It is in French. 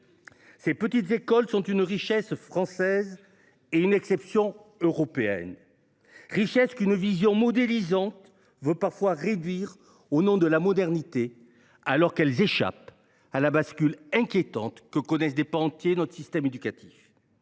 Ces petites écoles sont une richesse française et une exception européenne. Une vision modélisante cherche parfois à réduire cette richesse, au nom de la modernité, alors que ces écoles échappent à la bascule inquiétante que connaissent des pans entiers de notre système éducatif.